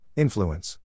Influence